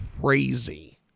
crazy